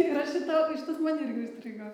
ir aš šito šitas man irgi užstrigo